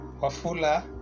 Wafula